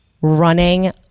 running